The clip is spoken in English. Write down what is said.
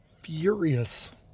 furious